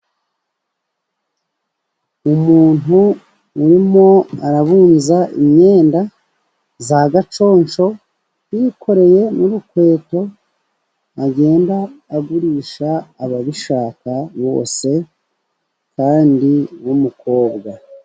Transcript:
Umuntu urimo arabunza imyenda ya gaconco, yikoreye n'urukweto agenda agurisha ababishaka bose, kandi w'umukobwa.